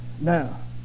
Now